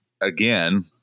again